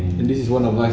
and this is one of us